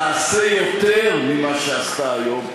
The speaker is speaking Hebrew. תעשה יותר ממה שעשתה היום,